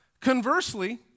Conversely